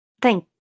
Thank